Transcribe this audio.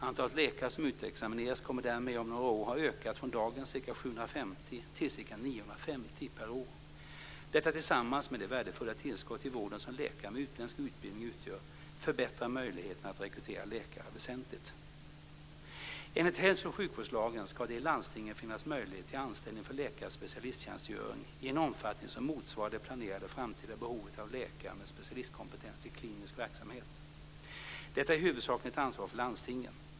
Antalet läkare som utexamineras kommer därmed att om några år ha ökat från dagens ca 750 till ca 950 per år. Detta tillsammans med det värdefulla tillskott till vården som läkare med utländsk utbildning utgör förbättrar möjligheterna att rekrytera läkare väsentligt. Enligt hälso och sjukvårdslagen ska det i landstingen finnas möjligheter till anställning för läkares specialisttjänstgöring i en omfattning som motsvarar det planerade framtida behovet av läkare med specialistkompetens i klinisk verksamhet. Detta är huvudsakligen ett ansvar för landstingen.